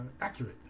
accurate